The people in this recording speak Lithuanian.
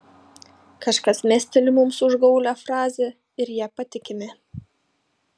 kažkas mesteli mums užgaulią frazę ir ja patikime